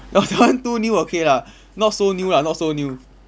oh that one too new ah okay lah not so new lah not so new